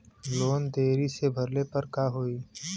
Loan देरी से भरले पर का होई?